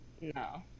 No